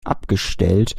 abgestellt